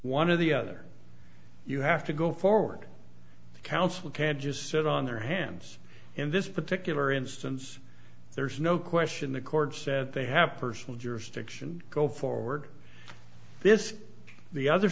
one of the other you have to go forward the council can't just sit on their hands in this particular instance there's no question the court said they have personal jurisdiction go forward this the other